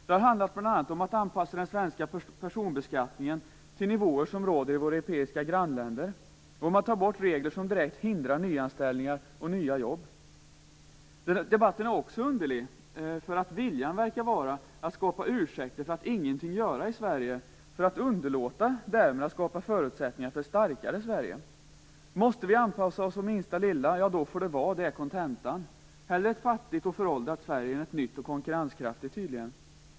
Det har handlat bl.a. om att anpassa den svenska personbeskattningen till nivåer som råder i våra europeiska grannländer, och om att ta bort regler som direkt hindrar nyanställningar och nya jobb. För det andra är den underlig därför att viljan verkar vara att skapa ursäkter för att ingenting göra i Sverige och för att underlåta att skapa förutsättningar för ett starkare Sverige. Kontentan är: Måste vi anpassa oss det minsta lilla, så får det vara. Hellre ett fattigt och föråldrat Sverige än ett nytt och konkurrenskraftigt, tydligen.